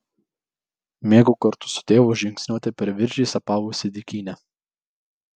mėgau kartu su tėvu žingsniuoti per viržiais apaugusią dykynę